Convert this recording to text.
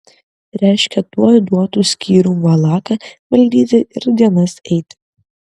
reiškia tuoj duotų skyrium valaką valdyti ir dienas eiti